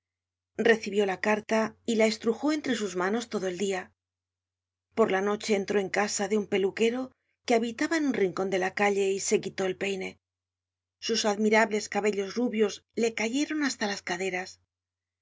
recibió la carta y la estrujó entre sus manos todo el dia por la noche entró en casa de un peluquero que habitaba en un rincon de la calle y se quitó el peine sus admirables cabellos rubios le cayeron hasta las caderas